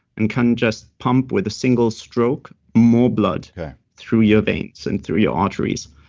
and can just pump with a single stroke more blood through your veins and through your arteries.